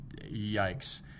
yikes